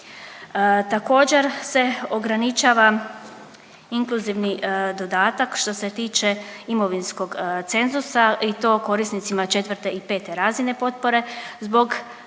Također se ograničava inkluzivni dodatak što se tiče imovinskog cenzusa i to korisnicima 4. i 5. razine potpore zbog tzv.